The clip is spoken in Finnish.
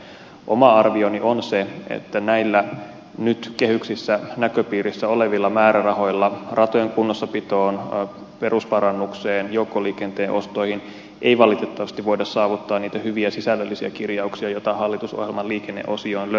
oma arvioni on se että näillä nyt kehyksissä näköpiirissä olevilla määrärahoilla ratojen kunnossapitoon perusparannukseen joukkoliikenteen ostoihin ei valitettavasti voida saavuttaa niitä hyviä sisällöllisiä kirjauksia joita hallitusohjelman liikenneosiosta löytyy